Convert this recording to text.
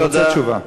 אני רוצה תשובה.